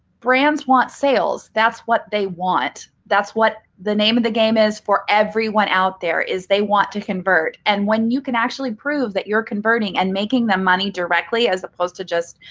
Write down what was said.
brands want sales. that's what they want. that's what the name of the game is for everyone out there is they want to convert. and when you can actually prove that you're converting and making them money directly, as opposed to just,